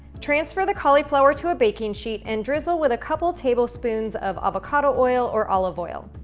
transfer the cauliflower to a baking sheet and drizzle with a couple tablespoons of avocado oil or olive oil.